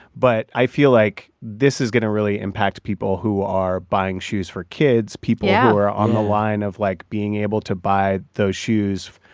but i feel like this is going to really impact people who are buying shoes for kids. yeah. people yeah who are on the line of, like, being able to buy those shoes.